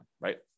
right